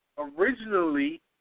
Originally